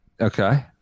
Okay